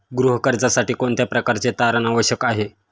गृह कर्जासाठी कोणत्या प्रकारचे तारण आवश्यक आहे?